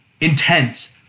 intense